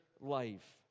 life